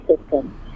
system